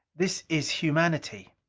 this is humanity.